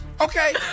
Okay